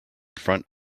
front